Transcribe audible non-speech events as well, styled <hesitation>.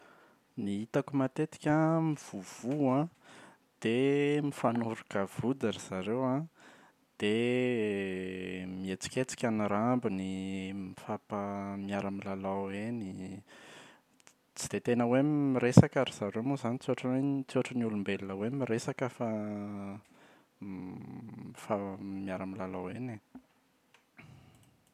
Ny aretina mahazo ny saka efa hitako aloha an <hesitation> mandoa, dia <hesitation> malaina misakafo dia <hesitation> malemilemy, tsisy hery, matory lava fa tsy <hesitation> tsy mahavita mihetsiketsika ohatra ny mahazatra.